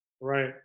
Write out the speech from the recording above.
Right